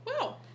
Wow